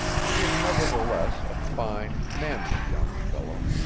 he was nevertheless a fine, manly young fellow,